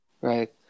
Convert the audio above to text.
Right